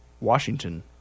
Washington